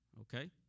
okay